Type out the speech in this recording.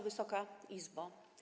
Wysoka Izbo!